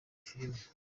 filime